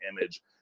image